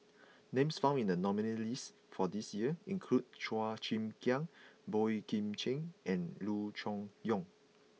names found in the nominees' list for this year include Chua Chim Kang Boey Kim Cheng and Loo Choon Yong